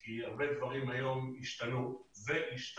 כי הרבה דברים השתנו היום וישתנו.